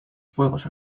fuegos